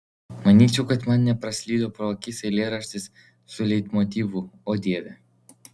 manyčiau kad man nepraslydo pro akis eilėraštis su leitmotyvu o dieve